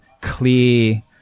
clear